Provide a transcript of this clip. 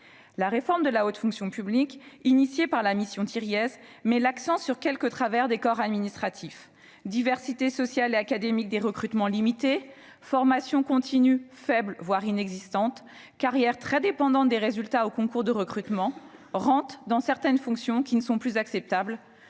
La réforme de la haute fonction publique, engagée par la mission Thiriez, met l'accent sur quelques travers des corps administratifs : la diversité sociale et académique des recrutements est limitée, la formation continue reste faible, voire inexistante, les carrières sont très dépendantes des résultats au concours de recrutement, le phénomène de « rentes » dans certaines fonctions n'est plus acceptable,